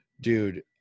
dude